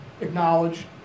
acknowledge